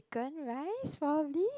gone rise !wow! really